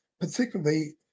particularly